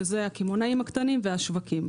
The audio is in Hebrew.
שאלו הקמעונאים הקטנים והשווקים.